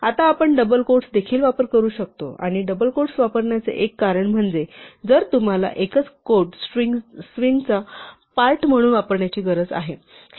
आता आपण double quotes देखील वापर करू शकतो आणि डबल क्वोट्स वापरण्याचे एक कारण म्हणजे जर तुम्हाला एकच क्वोट स्ट्रिंगचा पार्ट म्हणून वापरण्याची गरज आहे